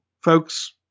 folks